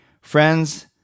friends